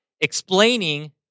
explaining